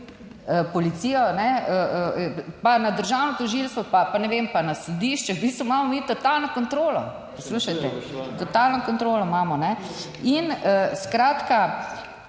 policijo, pa na državno tožilstvo pa ne vem, pa na sodišče, v bistvu imamo mi totalno kontrolo, poslušajte, totalno kontrolo imamo. In skratka,